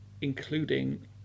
including